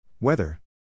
Weather